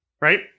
Right